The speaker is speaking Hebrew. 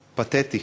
פתטי.